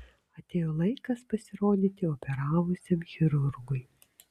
atėjo laikas pasirodyti operavusiam chirurgui